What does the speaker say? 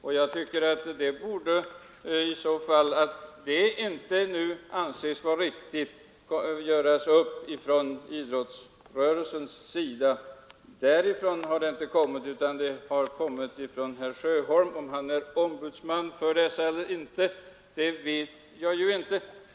Om man anser att bestämmelserna inte är riktiga borde man väl göra en framställning från idrottsrörelsens sida. Därifrån har det emellertid inte kommit någon framställning, utan förslaget har kommit från herr Sjöholm. Om han är ombudsman för idrottsrörelsen vet jag inte.